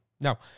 Now